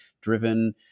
driven